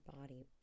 body